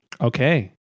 Okay